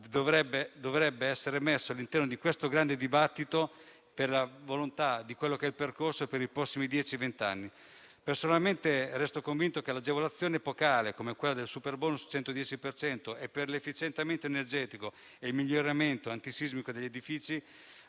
dovrebbe essere messo all'interno di questo grande dibattito per la volontà del percorso da tracciare per i prossimi dieci, venti anni. Personalmente, resto convinto che un'agevolazione epocale come quella del superbonus al 110 per cento per l'efficientamento energetico e il miglioramento antisismico degli edifici